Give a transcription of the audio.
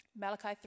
Malachi